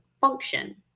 function